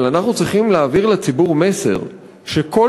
אבל אנחנו צריכים להעביר לציבור מסר שכל